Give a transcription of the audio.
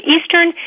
Eastern